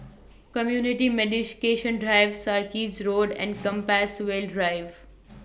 Community Drive Sarkies Road and Compassvale Drive